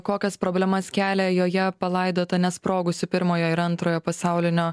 kokias problemas kelia joje palaidota nesprogusių pirmojo ir antrojo pasaulinio